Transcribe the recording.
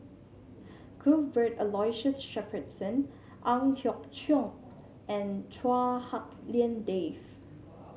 Cuthbert Aloysius Shepherdson Ang Hiong Chiok and Chua Hak Lien Dave